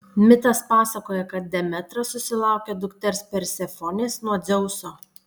mitas pasakoja kad demetra susilaukia dukters persefonės nuo dzeuso